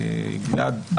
גלעד,